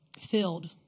filled